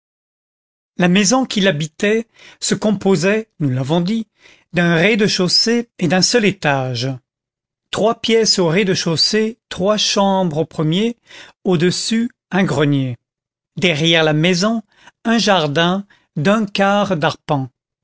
la maison qu'il habitait se composait nous l'avons dit d'un rez-de-chaussée et d'un seul étage trois pièces au rez-de-chaussée trois chambres au premier au-dessus un grenier derrière la maison un jardin d'un quart d'arpent